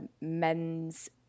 men's